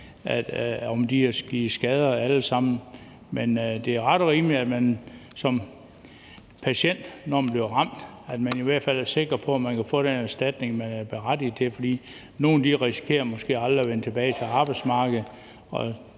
– der har givet skader. Men det er ret og rimeligt, at man som patient, når man bliver ramt, i hvert fald er sikker på, at man kan få den erstatning, man er berettiget til, for nogle risikerer måske aldrig at vende tilbage til arbejdsmarkedet,